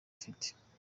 afite